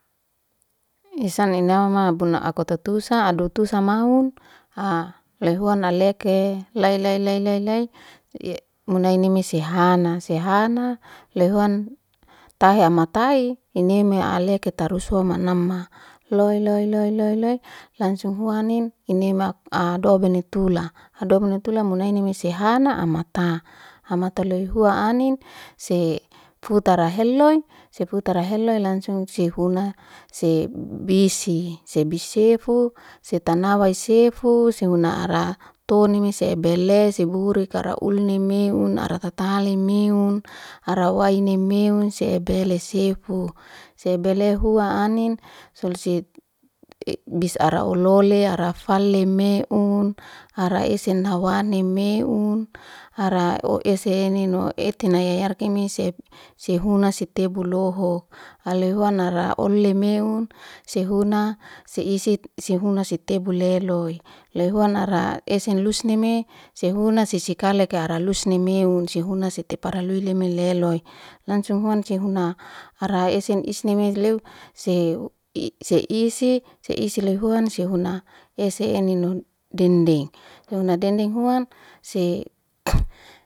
Isan enama buna akototusa adotusa mau lehuan aleki lei lei lei munai ni mis hana, se hana lehuan tahematai ineme aleketarus wanama loi loi loi loi langsung hua anim inema adobenetula. Adobenetula munai ne mesehana am mata, amata loy huan anin se futara heloy. Sefutara heloy langsung sifuna se bisi. Se bisi sefu, setanawa sefu, sehuna ara tonimese ebele siburika raulnime un ara tatale meun, ara waymeun, se ebeles sefu. Sebelehuan anin solsit arabisa ololea, arafale meun ara ese nawanemeun ara oese enino etena yayarkene sefuna setebu lohok. Alehuan naraole meun sefuna seisis sehuna sitebu leloy. Lehuan ara esen lusneme sefuna sesekalika ara lusne meun. Sihuana setepara lui meleloy. Langsung huan sefuna ara esen isneme leu seisi, seisi leihuan sihuna ese eneino dendik. Lahuna dendik huan se